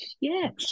Yes